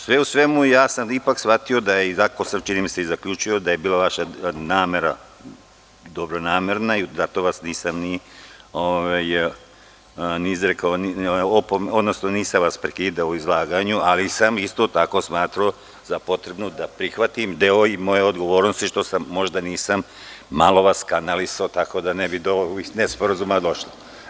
Sve u svemu, ja sam ipak shvatio, čini mi se, i zaključio da je bila vaša namera dobronamerna i zato vas nisam prekidao u izlaganju, ali sam isto tako smatrao za potrebu da prihvatim deo i moje odgovornosti što vas možda nisam malo kanalisao, tako da ne bi do ovih nesporazuma došlo.